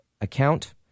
account